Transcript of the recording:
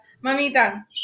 mamita